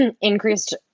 increased